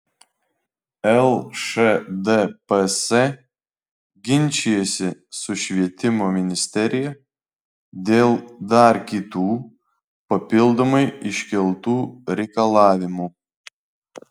lšdps ginčijasi su švietimo ministerija dėl dar kitų papildomai iškeltų reikalavimų